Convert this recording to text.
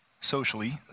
socially